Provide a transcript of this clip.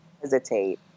hesitate